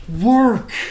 work